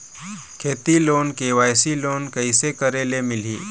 खेती loan KYC loan कइसे करे ले मिलही?